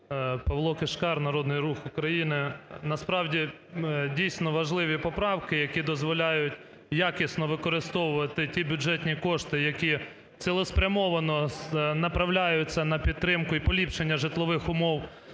Павло Кишкар, Народний Рух України. Насправді, дійсно, важливі поправки, які дозволяють якісно використовувати ті бюджетні кошти, які цілеспрямовано направляються на підтримку і поліпшення житлових умов